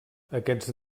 aquests